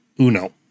Uno